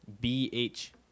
B-H